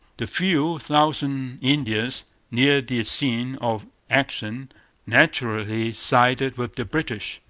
the few thousand indians near the scene of action naturally sided with the british,